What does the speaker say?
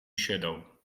shadow